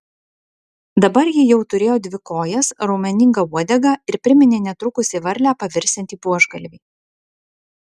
dabar ji jau turėjo dvi kojas raumeningą uodegą ir priminė netrukus į varlę pavirsiantį buožgalvį